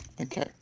Okay